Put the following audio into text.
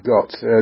got